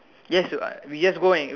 yes we just go and